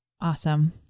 Awesome